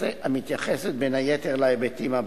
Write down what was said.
המתייחסת, בין היתר, להיבטים הבאים: